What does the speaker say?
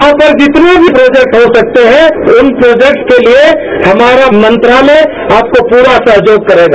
यहां पर जितने भी प्रोजक्ट हो सकते हैं उन प्रोजेक्ट के लिए हमारा मंत्रालय आपको प्ररा सहयोग करेगा